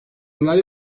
neler